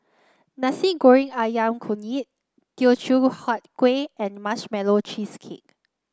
Nasi Goreng ayam Kunyit Teochew Huat Kueh and Marshmallow Cheesecake